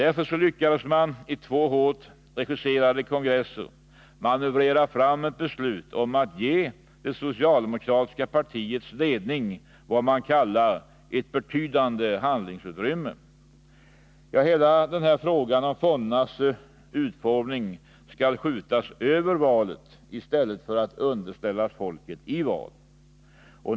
Därför lyckades man i två hårt regisserade kongresser manövrera fram ett beslut om att ge det socialdemokratiska partiets ledning vad man kallar ”ett betydande handlingsutrymme”. Hela frågan om fondernas utformning skall skjutas över valet i stället för att underställas folket i val.